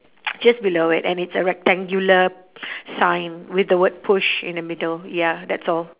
just below it and it's a rectangular sign with the word push in the middle ya that's all